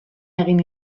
egin